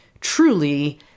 truly